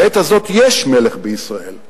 בעת הזאת יש מלך בישראל.